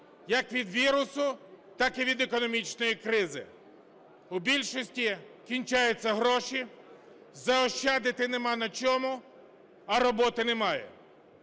як від вірусу, так і від економічної кризи. У більшості кінчаються гроші, заощадити нема на чому, а роботи немає.